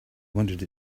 wanted